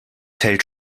fällt